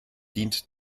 dient